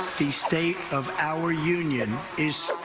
the state of our union is